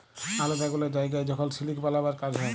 আলেদা গুলা জায়গায় যখল সিলিক বালাবার কাজ হ্যয়